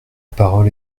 parole